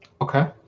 Okay